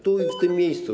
Tu, w tym miejscu.